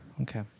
Okay